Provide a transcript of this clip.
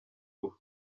ubu